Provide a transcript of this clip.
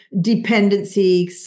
dependency